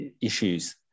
issues